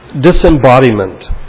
disembodiment